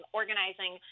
organizing